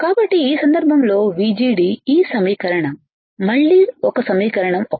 కాబట్టి ఈ సందర్భంలో VGD ఈ సమీకరణం మళ్లీ ఒక సమీకరణం 1